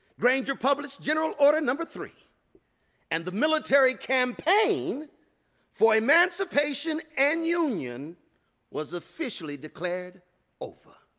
granger published general order number three and the military campaign for emancipation and union was officially declared over.